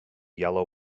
yellow